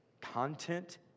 content